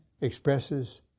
expresses